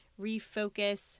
refocus